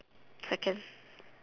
seconds